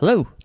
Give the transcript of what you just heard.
Hello